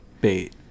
bait